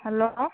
hello